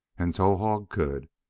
and towahg could,